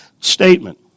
statement